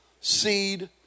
Seed